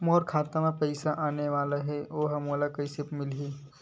मोर खाता म पईसा आने वाला हे ओहा मोला कइसे मिलही?